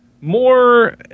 More